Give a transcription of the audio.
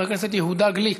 חבר הכנסת יהודה גליק,